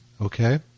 Okay